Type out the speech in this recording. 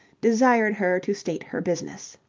desired her to state her business.